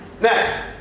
Next